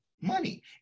money